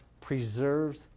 preserves